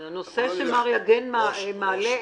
הנושא שמר יגן מעלה,